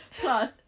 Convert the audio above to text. Plus